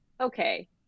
okay